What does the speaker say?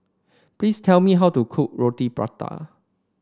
please tell me how to cook Roti Prata